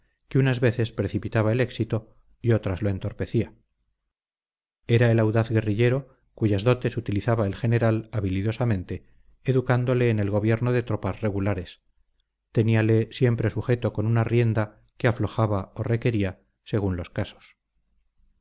que unas veces precipitaba el éxito y otras lo entorpecía era el audaz guerrillero cuyas dotes utilizaba el general habilidosamente educándole en el gobierno de tropas regulares teníale siempre sujeto con una rienda que aflojaba o requería según los casos